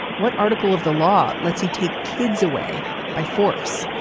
what article of the law lets you take kids away by force?